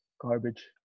garbage